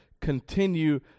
continue